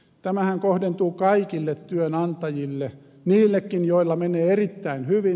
tämähän kohdentuu kaikille työnantajille niillekin joilla menee erittäin hyvin